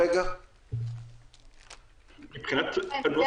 יתר המגעים שקיבלנו עליהם הודעה מהשירות.